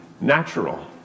natural